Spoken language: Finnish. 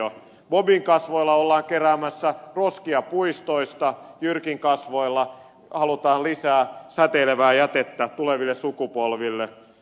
bobin kasvoilla ollaan keräämässä roskia puistoista jyrkin kasvoilla halutaan lisää säteilevää jätettä tuleville sukupolville